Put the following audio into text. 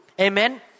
Amen